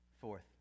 Fourth